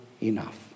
enough